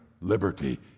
liberty